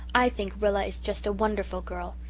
i think rilla is just a wonderful girl.